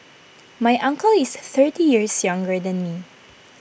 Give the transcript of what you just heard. my uncle is thirty years younger than me